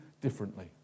differently